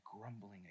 grumbling